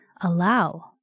allow